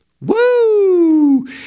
Woo